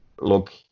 look